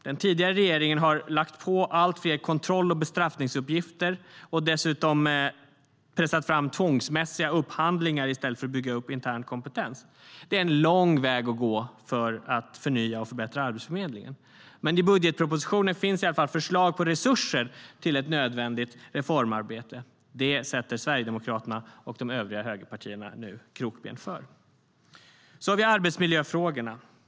Den tidigare regeringen har lagt på allt fler kontroll och bestraffningsuppgifter och dessutom pressat fram tvångsmässiga upphandlingar i stället för att bygga upp intern kompetens. Så har vi arbetsmiljöfrågorna.